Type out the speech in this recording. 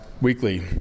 weekly